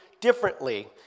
differently